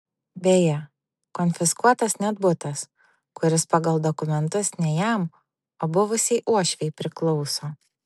beje konfiskuotas net butas kuris pagal dokumentus ne jam o buvusiai uošvei priklauso